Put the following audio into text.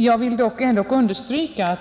Jag vill ändock understryka